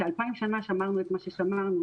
שאלפיים שנה שמרנו את מה ששמרנו,